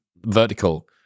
vertical